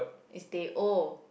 is teh O